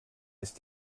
ist